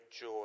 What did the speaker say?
joy